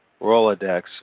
Rolodex